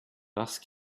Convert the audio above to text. parce